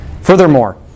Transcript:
Furthermore